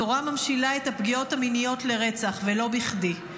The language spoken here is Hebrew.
התורה ממשילה את הפגיעות המיניות לרצח, ולא בכדי.